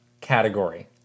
category